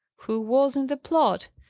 who was in the plot?